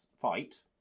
fight